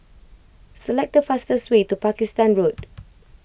select the fastest way to Pakistan Road